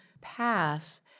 path